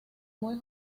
muy